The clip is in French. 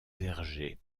verger